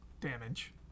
damage